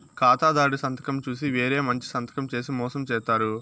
ఖాతాదారుడి సంతకం చూసి వేరే మంచి సంతకం చేసి మోసం చేత్తారు